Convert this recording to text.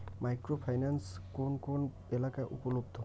Micro finance কোন কোন এলাকায় উপলব্ধ?